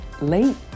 late